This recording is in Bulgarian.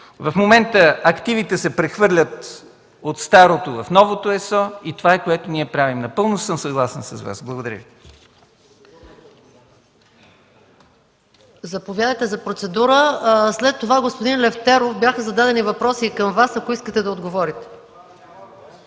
В момента активите се прехвърлят от старото в новото ЕСО. Това е, което ние правим. Напълно съм съгласен с Вас! Благодаря Ви.